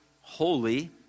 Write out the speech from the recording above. holy